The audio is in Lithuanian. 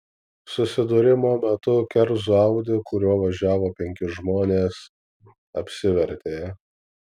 susidūrimo metu kerzų audi kuriuo važiavo penki žmonės apsivertė